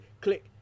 click